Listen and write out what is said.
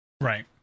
Right